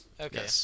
okay